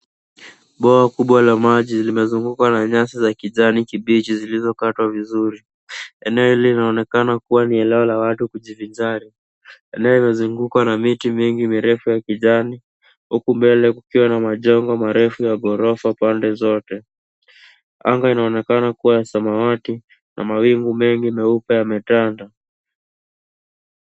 Bwawa kubwa la maji limezungukwa na nyasi za kijani kibichi zilizokatwa vizuri. Eneo hili linaonekana kuwa ni eneo la watu kujivinjari. Eneo imezungukwa na miti mingi mirefu ya kijani, huku mbele kukiwa na majengo marefu ya ghorofa pande zote. Anga inaonekana kuwa ya samawati na mawingu mengi meupe yametanda.